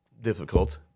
difficult